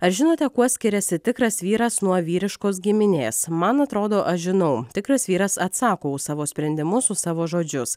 ar žinote kuo skiriasi tikras vyras nuo vyriškos giminės man atrodo aš žinau tikras vyras atsako už savo sprendimus už savo žodžius